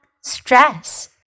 stress